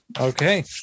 Okay